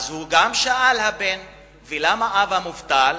אז הבן שאל: ולמה אבא מובטל?